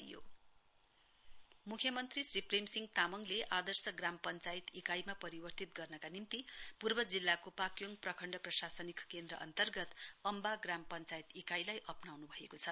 CM adopted Amba GPU म्ख्यमन्त्री श्री प्रेमसिंह तामङले आदर्श ग्राम पञ्चायत इकाइमा परिवर्तित गर्नका निम्ति पूर्व जिल्लाको पाक्योङ प्रखण्ड प्रशासनिक केन्द्र अन्तर्गत अम्बा ग्राम पञ्चायत इकाइलाई अप्नाउन्भएको छ